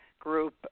group